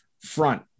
front